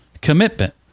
commitment